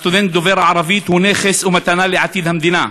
הסטודנט דובר הערבית הוא נכס ומתנה לעתיד המדינה,